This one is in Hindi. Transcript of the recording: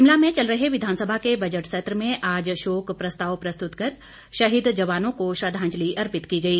शिमला में चल रहे विधानसभा के बजट सत्र में आज शोक प्रस्ताव प्रस्तुत कर शहीद जवानों को श्रद्वांजलि अर्पित की गई